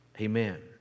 Amen